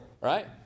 right